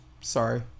Sorry